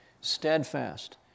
steadfast